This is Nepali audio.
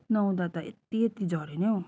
नुहाउँदा त यति यति झऱ्यो नि हौ